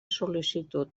sol·licitud